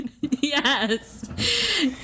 Yes